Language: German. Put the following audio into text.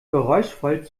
geräuschvoll